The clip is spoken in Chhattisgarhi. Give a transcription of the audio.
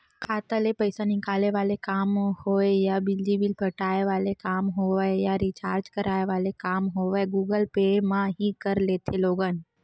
खाता ले पइसा निकाले वाले काम होय या बिजली बिल पटाय वाले काम होवय या रिचार्ज कराय वाले काम होवय गुगल पे म ही कर लेथे लोगन